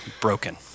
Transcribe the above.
broken